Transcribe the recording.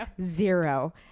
Zero